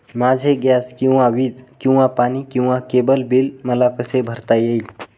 माझे गॅस किंवा वीज किंवा पाणी किंवा केबल बिल मला कसे भरता येईल?